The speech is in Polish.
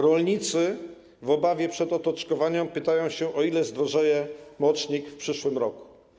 Rolnicy w obawie przed otoczkowaniem pytają, o ile zdrożeje mocznik w przyszłym roku.